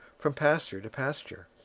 from pasture to pasture.